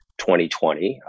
2020